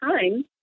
time